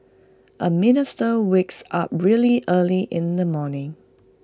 A minister wakes up really early in the morning